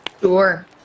Sure